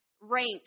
rank